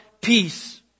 peace